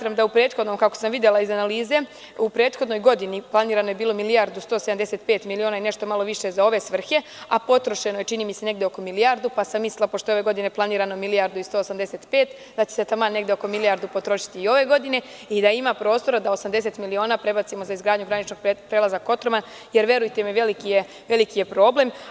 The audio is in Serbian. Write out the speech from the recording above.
Kako sam videla iz analize, u prethodnoj godini je planirana bilo milijardu i 175 miliona i nešto malo više za ove svrhe, a potrošeno je čini mi se milijardu, pa sam mislila, pošto je ove godine planirano milijardu i 185, da će se taman negde oko milijardu potrošiti i ove godine i da ima prostora da 80 miliona prebacimo za izgradnju graničnog prelaza Kotroman, jer verujte, veliki je problem.